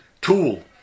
tool